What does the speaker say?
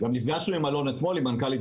נפגשנו גם עם אלון אתמול עם מנכ"לית